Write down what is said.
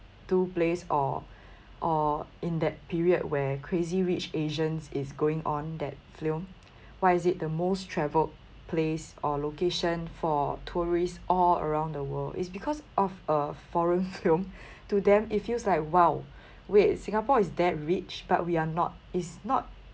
to place or or in that period where crazy rich asians is going on that film why is it the most traveled place or location for tourists all around the world is because of a foreign film to them it feels like !wow! wait singapore is that rich but we're not it's not